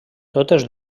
totes